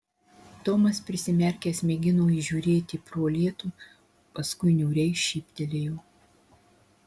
tomas prisimerkęs mėgino įžiūrėti pro lietų paskui niūriai šyptelėjo